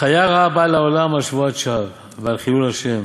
חיה רעה באה לעולם על שבועת שווא, ועל חילול השם,